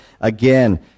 Again